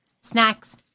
snacks